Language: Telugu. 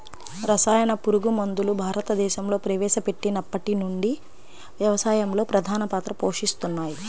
రసాయన పురుగుమందులు భారతదేశంలో ప్రవేశపెట్టినప్పటి నుండి వ్యవసాయంలో ప్రధాన పాత్ర పోషిస్తున్నాయి